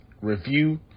review